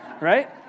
Right